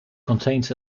contains